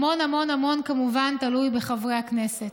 שהמון המון המון כמובן תלוי בחברי הכנסת.